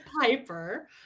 Piper